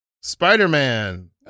spider-man